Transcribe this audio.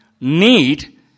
need